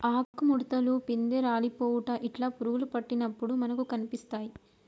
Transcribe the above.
ఆకు ముడుతలు, పిందె రాలిపోవుట ఇట్లా పురుగులు పట్టినప్పుడు మనకు కనిపిస్తాయ్